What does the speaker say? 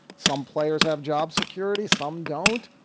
some players have job security, some don't.